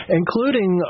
including